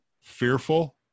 Fearful